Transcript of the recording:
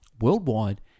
Worldwide